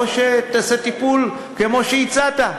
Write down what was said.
או שתעשה טיפול כמו שהצעת.